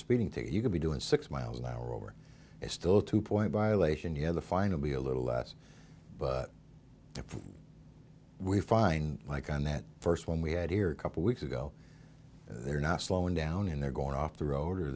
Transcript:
speeding ticket you could be doing six miles an hour or it's still a two point violation you're the final be a little less but if we find like on that first one we had here a couple weeks ago they're not slowing down and they're going off the road or